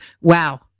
Wow